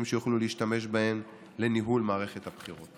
שיוכלו להשתמש בהם לניהול מערכת הבחירות.